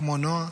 כמו נועה,